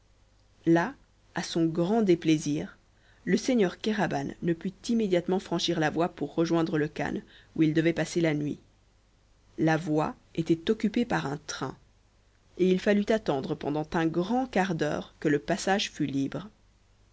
là à son grand déplaisir le seigneur kéraban ne put immédiatement franchir la voie pour rejoindre le khan où il devait passer la nuit la voie était occupée par un train et il fallut attendre pendant un grand quart d'heure que le passage fut libre